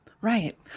Right